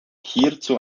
hierzu